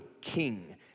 king